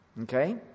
Okay